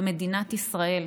במדינת ישראל,